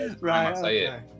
Right